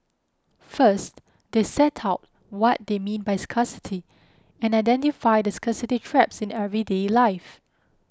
first they set out what they mean by scarcity and identify the scarcity traps in everyday life